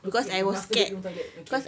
okay the master bedroom toilet okay